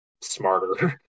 smarter